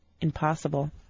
Impossible